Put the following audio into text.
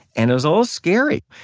and it was all scary.